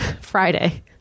Friday